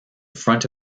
front